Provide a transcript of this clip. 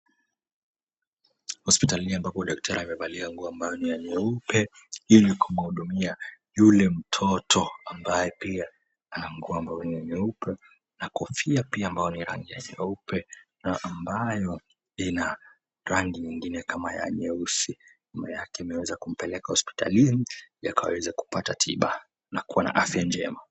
Hospitali ambapo daktari amevalia nguo ambayo ni ya nyeupe ili kumhudumia yule mtoto ambaye pia ako na nguo nyeupe na kofia pia ambayo ni ya rangi nyeupe na ambayo ina rangi nyingine kama ya nyeusi. Mama yake ameweza kumpeleka hospitalini ili akaweze kupata tiba na akawa na afya njema.